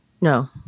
no